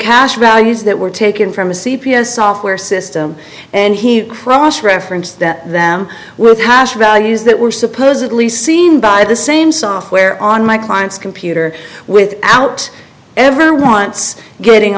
cash values that were taken from a c p s software system and he cross reference that them with hash values that were supposedly seen by the same software on my client's computer without ever once getting